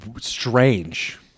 strange